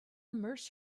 immerse